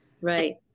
Right